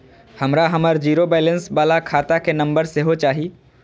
हमरा हमर zero balance बाला खाता के नम्बर सेहो चाही